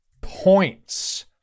points